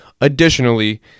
Additionally